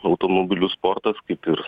automobilių sportas kaip ir